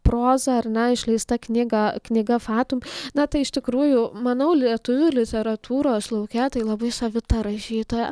proza ar ne išleista knyga knyga fatum na tai iš tikrųjų manau lietuvių literatūros lauke tai labai savita rašytoja